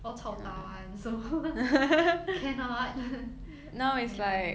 all chao ta [one] so cannot ya